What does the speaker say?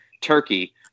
Turkey